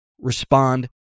respond